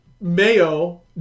mayo